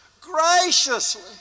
graciously